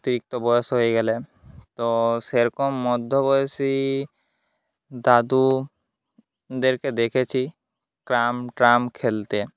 অতিরিক্ত বয়েস হয়ে গেলে তো সেরকম মধ্যবয়সী দাদুদেরকে দেখেছি ক্যারাম খেলতে